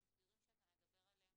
התשדירים שאתה מדבר עליהם,